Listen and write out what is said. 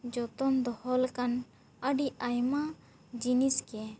ᱡᱚᱛᱚᱱ ᱫᱚᱦᱚ ᱞᱮᱠᱟᱱ ᱟᱹᱰᱤ ᱟᱭᱢᱟ ᱡᱤᱱᱤᱥ ᱜᱮ